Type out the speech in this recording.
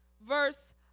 Verse